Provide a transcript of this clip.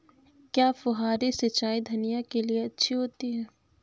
क्या फुहारी सिंचाई धनिया के लिए अच्छी होती है?